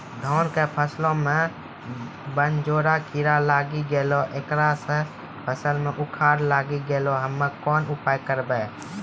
धान के फसलो मे बनझोरा कीड़ा लागी गैलै ऐकरा से फसल मे उखरा लागी गैलै हम्मे कोन उपाय करबै?